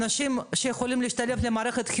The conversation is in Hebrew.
אנשים שהתחילו ללמוד,